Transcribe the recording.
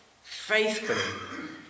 faithfully